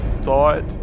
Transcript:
thought